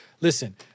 Listen